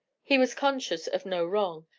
he was conscious of no wrong,